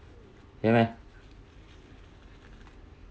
ya meh